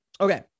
Okay